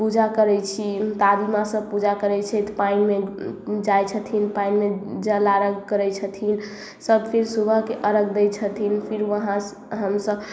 पूजा करै छी दादी माँ सब पूजा करै छथि पानिमे जाइ छथिन पानिमे जल अर्घ करै छथिन सब फिर सुबहके अर्घ दै छथिन फिर वहाँ हमसब